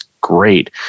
great